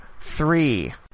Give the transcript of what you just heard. three